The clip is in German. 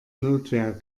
notwehr